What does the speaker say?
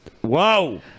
Whoa